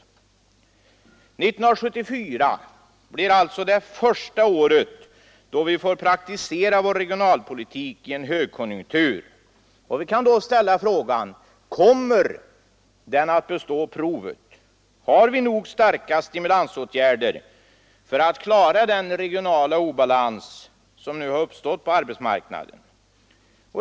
1974 blir alltså det första år då vi får praktisera vår regionalpolitik under en högkonjunktur. Vi kan då ställa frågan: Kommer denna regionalpolitik att bestå provet? Är våra stimulansåtgärder nog starka för att vi skall klara den regionala obalans som nu har uppstått på arbetsmarknaden?